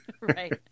right